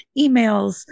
emails